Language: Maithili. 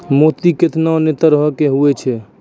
मोती केतना नै तरहो के होय छै